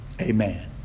Amen